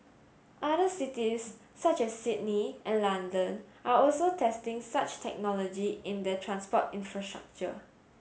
other cities such as Sydney and London are also testing such technology in their transport infrastructure